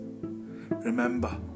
Remember